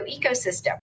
ecosystem